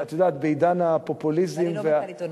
ואני לא מתה על עיתונות.